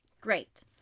Great